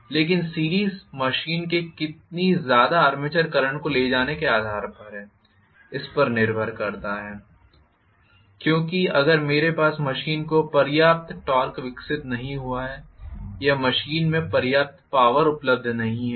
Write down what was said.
लेकिन series machine के कितनी ज़्यादा आर्मेचर करंट को ले जाने के आधार पर है इस पर निर्भर करता है क्योंकि अगर मेरे पास मशीन में पर्याप्त टॉर्क विकसित नहीं हुआ है या मशीन में पर्याप्त पावर उपलब्ध नहीं है